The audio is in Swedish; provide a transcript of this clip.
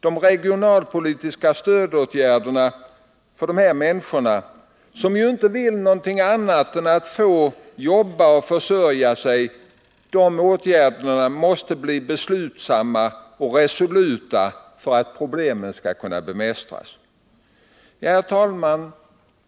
De regionalpolitiska stödåtgärderna för dessa människor, som inte vill någonting annat än att få jobba och försörja sig, måste också bli beslutsamma och resoluta för att problemen skall kunna bemästras. Herr talman!